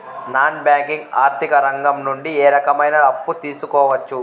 Non banking ఆర్థిక రంగం నుండి ఏ రకమైన అప్పు తీసుకోవచ్చు?